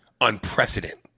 unprecedented